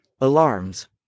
Alarms